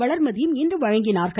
வளர்மதியும் இன்று வழங்கினர்